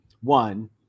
One